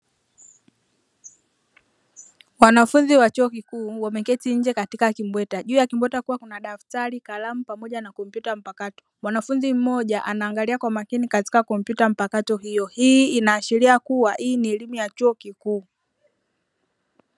Wanafunzi wa chuo kikuu wameketi nje katika kimbweta, juu ya kimbweta kukiwa kuna daftari, kalamu pamoja na kompyuta mpakato. Mwanafunzi mmoja anaangalia kwa umakini katika kompyuta mpakato hiyo, hii inaashiria kuwa hii ni elimu ya chuo kikuu.